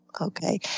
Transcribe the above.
Okay